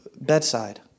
bedside